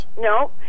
no